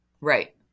Right